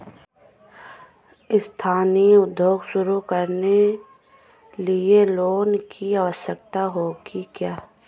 Ethnic उद्योग शुरू करने लिए लोन की आवश्यकता होगी क्या?